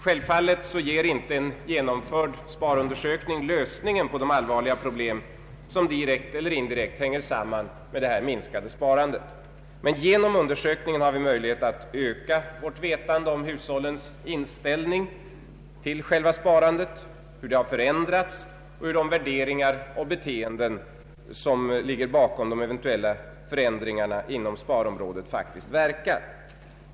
Självfallet ger inte en genomförd sparundersökning lösningen på de allvarliga problem som direkt eller indirekt hänger samman med det minskade sparandet. Men genom undersökningen får vi möjlighet att öka vårt vetande om hushållens inställning till själva sparandet, hur den har förändrats och hur de värderingar och beteenden som ligger bakom förändringarna inom sparområdet faktiskt verkar.